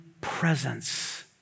presence